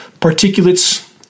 particulates